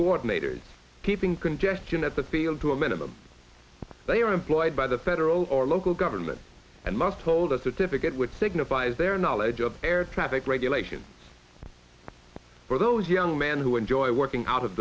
coordinators keeping congestion at the field to a minimum they are employed by the federal government and must told us a terrific it would signifies their knowledge of air traffic regulations for those young men who enjoy working out of